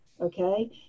okay